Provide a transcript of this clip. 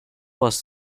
was